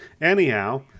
Anyhow